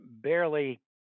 barely